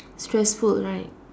stressful right